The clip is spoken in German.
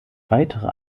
weitere